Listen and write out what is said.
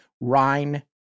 Rhine